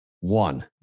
One